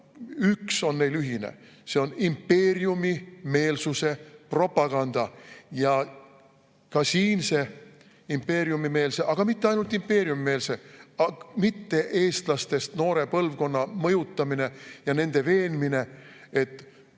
üks on neil ühine: see on impeeriumimeelsuse propaganda. Ka siinse impeeriumimeelse, aga mitte ainult impeeriumimeelse, vaid üldse mitte-eestlastest noore põlvkonna mõjutamine ja veenmine, et